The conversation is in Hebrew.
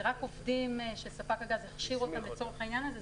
אלה רק עובדים שספק הגז הכשיר אותם לצורך העניין הזה,